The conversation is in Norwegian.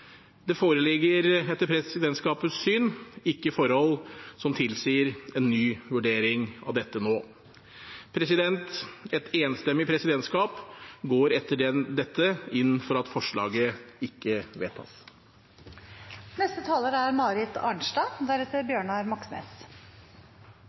Det foreligger etter presidentskapets syn ikke forhold som tilsier en ny vurdering av dette nå. Et enstemmig presidentskap går etter dette inn for at forslaget ikke vedtas. Jeg ønsker å knytte noen ord til forslaget fra Senterpartiets side. Det overrasker ingen at det er